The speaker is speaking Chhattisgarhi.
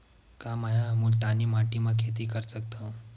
का मै ह मुल्तानी माटी म खेती कर सकथव?